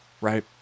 right